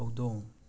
ꯍꯧꯗꯣꯡ